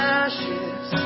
ashes